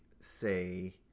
say